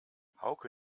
hauke